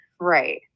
right